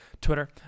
Twitter